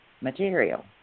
material